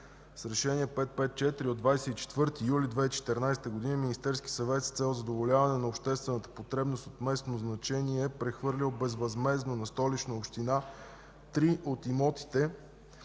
С Решение № 554 от 24 юли 2014 г. Министерският съвет с цел задоволяване на обществената потребност от местно значение е прехвърлил безвъзмездно на Столична община три от имотите,